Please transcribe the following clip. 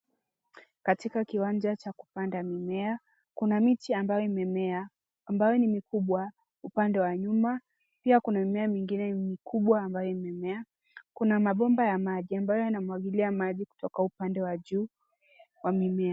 Katika kiwanja cha kupanda mimea kuna miche ambayo imemea ambayo ni mikubwa. Upande wa nyuma pia kuna mimea mingine mikubwa ambayo imemea. Kuna mabomba ya maji ambayo yanamwagilia maji kutoka upande wa juu wa mimea.